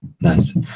Nice